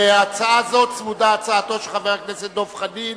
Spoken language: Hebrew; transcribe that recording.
להצעה זאת צמודה הצעתו של חבר הכנסת דב חנין,